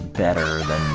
better than